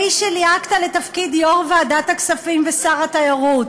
האיש שליהקת לתפקידי יו"ר ועדת הכספים ושר התיירות,